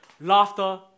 laughter